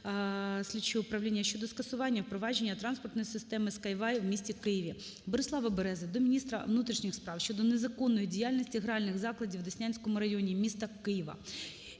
слідчого управління щодо скасування впровадження транспортної системи Sky Way в місті Києві. Борислава Берези до міністра внутрішніх справ щодо незаконної діяльності гральних закладів у Деснянському районі місті Києва.